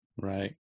Right